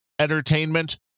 entertainment